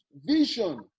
Vision